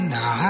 Now